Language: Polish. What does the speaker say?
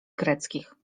greckich